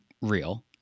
real